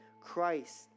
Christ